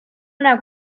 una